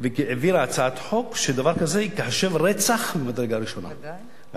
והעבירה הצעת חוק שדבר כזה ייחשב רצח ממדרגה ראשונה.